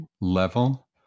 level